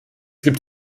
gibt